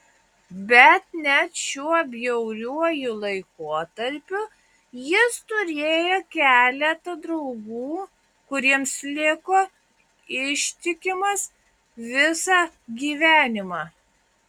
bet net šiuo bjauriuoju laikotarpiu jis turėjo keletą draugų kuriems liko ištikimas visą gyvenimą